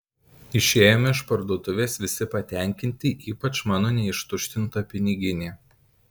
išėjome iš parduotuvės visi patenkinti ypač mano neištuštinta piniginė